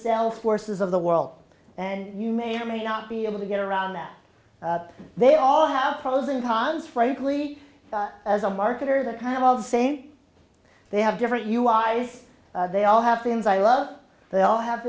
cell forces of the world and you may or may not be able to get around that they all have problems and cons frankly as a marketer kind of all the same they have different you eyes they all have things i love they